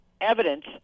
evidence